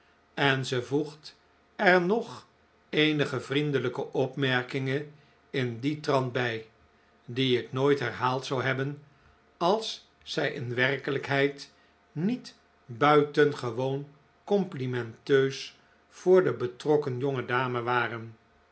en ze voegt er nog eenige vriendelijke opmerkingen in dien trant bij die ik nooit herhaald zou hebben als zij in werkelijkheid niet buitengewoon complimenteus voor de betrokken jonge dame waren